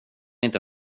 inte